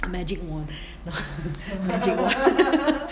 magic wand no magic wand